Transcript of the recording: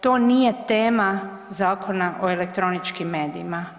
To nije tema Zakona o elektroničkim medijima.